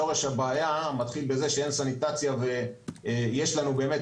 שורש הבעיה מתחיל בזה שאין סניטציה ויש לנו באמת